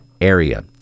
area